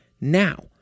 Now